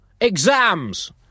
exams